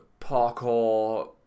parkour